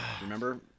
remember